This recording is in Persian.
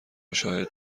شاهد